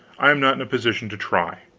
i am not in a position to try.